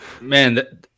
Man